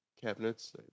cabinets